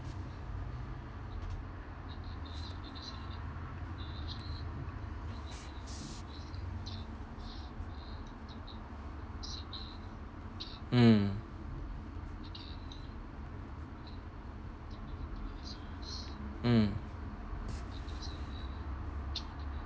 mm mm